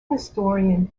historian